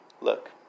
Look